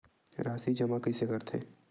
राशि जमा कइसे करथे?